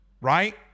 Right